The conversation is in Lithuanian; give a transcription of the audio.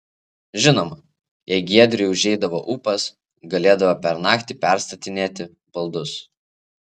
žinoma jei giedriui užeidavo ūpas galėdavo per naktį perstatinėti baldus